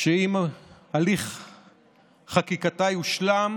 שאם הליך חקיקתה יושלם